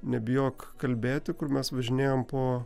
nebijok kalbėti kur mes važinėjom po